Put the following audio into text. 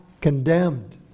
condemned